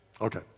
Okay